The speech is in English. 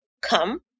come